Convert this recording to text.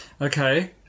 Okay